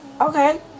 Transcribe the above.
Okay